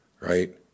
Right